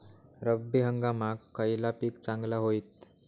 रब्बी हंगामाक खयला पीक चांगला होईत?